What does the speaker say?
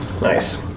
Nice